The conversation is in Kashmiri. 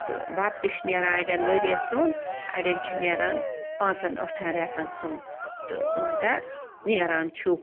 تہٕ بَتہٕ تہِ چھُ نیران اَڑٮ۪ن ؤرِیَس سُمٛب اَڑٮ۪ن چھُ نیران پانٛژَن ٲٹھَن رٮ۪تَن سُمٛب تہٕ مگر نیران چھُکھ